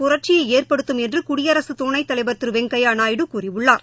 புரட்சியை ஏற்படுத்தும் என்று குடியரசு துணைத்தலைவர் திரு வெங்கையா நாயுடு கூறியுள்ளார்